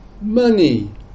money